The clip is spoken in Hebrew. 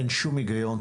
אין שום הגיון,